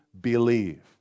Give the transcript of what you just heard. believe